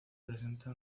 presenta